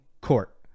court